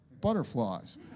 butterflies